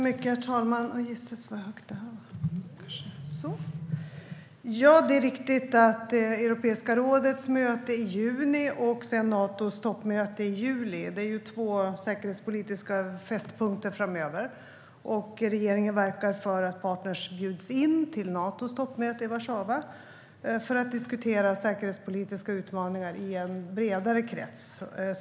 Herr talman! Det är riktigt att Europeiska rådets möte i juni och sedan Natos toppmöte i juli är två säkerhetspolitiska fästpunkter framöver. Regeringen verkar för att partnerländer ska bjudas in till Natos toppmöte i Warszawa för att diskutera säkerhetspolitiska utmaningar i en bredare krets.